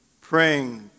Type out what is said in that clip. praying